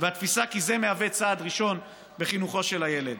והתפיסה שזה מהווה צעד ראשון בחינוכו של הילד.